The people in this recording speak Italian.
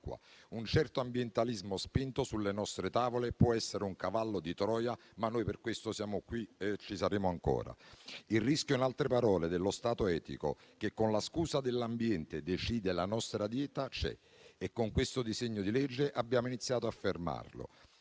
Un certo ambientalismo spinto sulle nostre tavole può essere un cavallo di Troia, ma noi per questo siamo qui e ci saremo ancora. In altre parole, il rischio dello Stato etico, che, con la scusa dell'ambiente, decide la nostra dieta c'è e con questo disegno di legge abbiamo iniziato a fermarlo.